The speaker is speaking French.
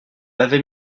laver